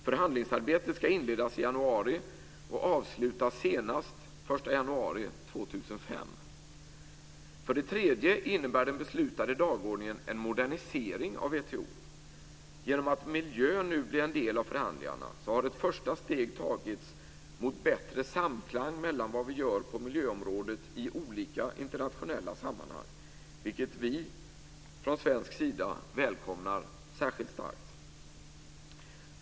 Förhandlingsarbetet ska inledas i januari och avslutas senast den 1 januari 2005. För det tredje innebär den beslutade dagordningen en modernisering av WTO. Genom att miljön nu blir en del av förhandlingarna har ett första steg tagits mot bättre samklang mellan vad vi gör på miljöområdet i olika internationella sammanhang, vilket vi från svensk sida välkomnar särskilt starkt.